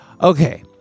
Okay